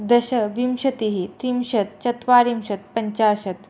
दश विंशतिः त्रिंशत् चत्वारिंशत् पञ्चाशत्